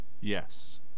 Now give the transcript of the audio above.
Yes